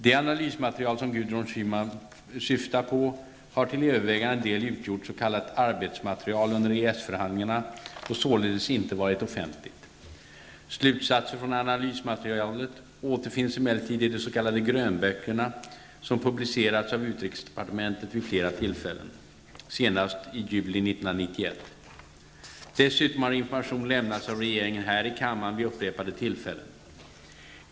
Det analysmaterial som Gudrun Schyman syftar på har till övervägande del utgjort s.k. arbetsmaterial under EES-förhandlingarna och således inte varit offentligt. Slutsatser från analysmaterialet återfinns emellertid i de s.k. grönböcker som publicerats av utrikesdepartementet vid flera tillfällen, senast i juli 1991. Dessutom har information lämnats av regeringen här i kammaren vid upprepade tillfällen.